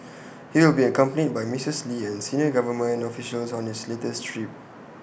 he will be accompanied by Mistress lee and senior government officials on his latest trip